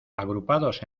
agrupados